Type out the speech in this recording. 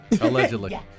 Allegedly